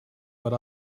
but